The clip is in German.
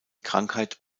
krankheit